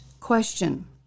question